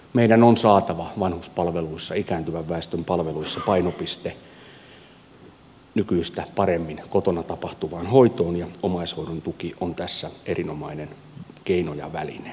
meidän on saatava vanhuspalveluissa ikääntyvän väestön palveluissa painopiste nykyistä paremmin kotona tapahtuvaan hoitoon ja omaishoidon tuki on tässä erinomainen keino ja väline